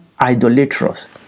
idolatrous